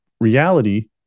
reality